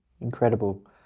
Incredible